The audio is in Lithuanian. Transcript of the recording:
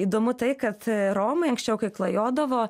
įdomu tai kad romai anksčiau kai klajodavo